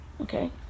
Okay